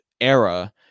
era